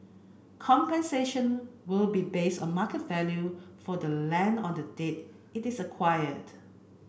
compensation will be based on market value for the land on the date it is acquired